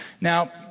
Now